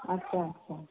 अच्छा अच्छा